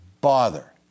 bother